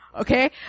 Okay